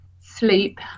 sleep